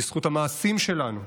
בזכות המעשים שלנו.